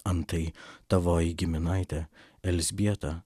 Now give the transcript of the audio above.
antai tavoji giminaitė elzbieta